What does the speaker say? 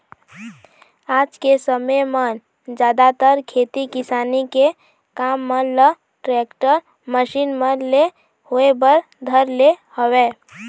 आज के समे म जादातर खेती किसानी के काम मन ल टेक्टर, मसीन मन ले होय बर धर ले हवय